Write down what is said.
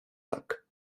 tak